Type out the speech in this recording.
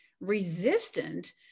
resistant